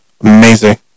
Amazing